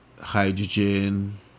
hydrogen